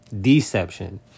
Deception